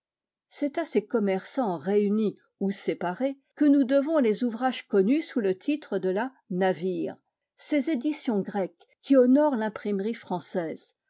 c'est à ces commerçants réunis ou séparés que nous devons les ouvrages connus sous le titre de la navire ces éditions grecques qui honorent l'imprimerie française